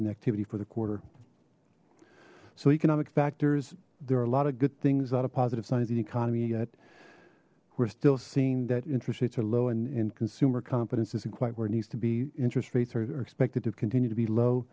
and activity for the quarter so economic factors there are a lot of good things a lot of positive signs the economy yet we're still seeing that interest rates are low and consumer confidence isn't quite where it needs to be interest rates are expected to continue to be